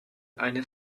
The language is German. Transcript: eine